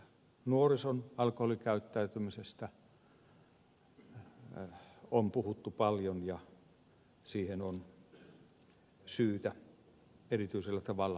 nuorison alkoholikäyttäytymisestä on puhuttu paljon ja siihen on syytä erityisellä tavalla paneutua